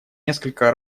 несколько